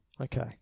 Okay